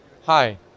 Hi